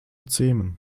zähmen